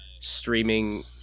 Streaming